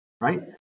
right